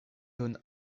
donne